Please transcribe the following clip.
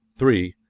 three.